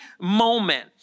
moment